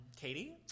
Katie